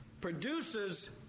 produces